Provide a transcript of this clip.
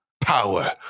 power